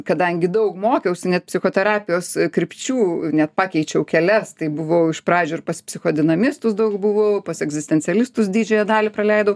kadangi daug mokiausi net psichoterapijos krypčių net pakeičiau kelias tai buvau iš pradžių ir pas psichodinamistus daug buvau pas egzistencialistus didžiąją dalį praleidau